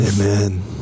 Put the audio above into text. Amen